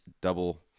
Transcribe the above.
double